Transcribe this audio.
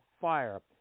fire